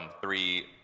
three